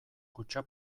kutxa